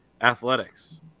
athletics